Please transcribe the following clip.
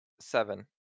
seven